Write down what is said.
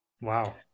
wow